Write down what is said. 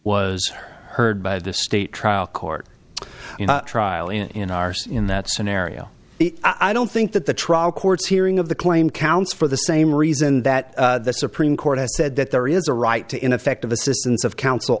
was heard by the state trial court trial in r c in that scenario i don't think that the trial court's hearing of the claim counts for the same reason that the supreme court has said that there is a right to ineffective assistance of coun